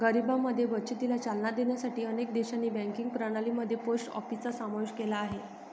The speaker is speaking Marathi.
गरिबांमध्ये बचतीला चालना देण्यासाठी अनेक देशांनी बँकिंग प्रणाली मध्ये पोस्ट ऑफिसचा समावेश केला आहे